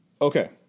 Okay